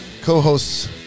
co-hosts